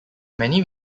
many